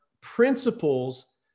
principles